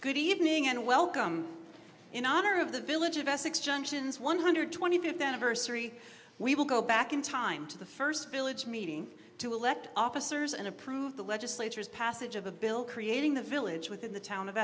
good evening and welcome in honor of the village of essex junctions one hundred twenty fifth anniversary we will go back in time to the first village meeting to elect officers and approve the legislature's passage of a bill creating the village within the town of